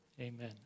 amen